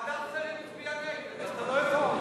ועדת הכספים הצביעה נגד, אז אתה לא יכול.